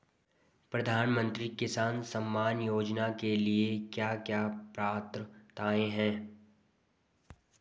प्रधानमंत्री किसान सम्मान योजना के लिए क्या क्या पात्रताऐं हैं?